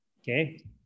Okay